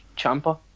Champa